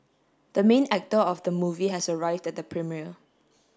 the main actor of the movie has arrived at the premiere